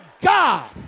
God